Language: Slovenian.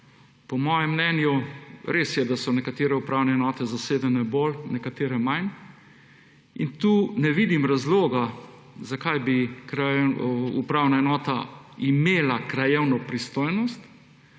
po mojem mnenju je res, da so nekatere upravne enote zasedene bolj, nekatere manj in tu ne vidim razloga, zakaj bi upravna enota imela krajevno pristojnost,